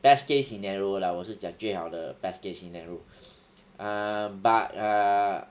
best case scenario lah 我是讲最好的 best case scenario err but err